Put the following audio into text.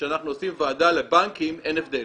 כשאנחנו עושים ועדה לבנקים אין הבדל,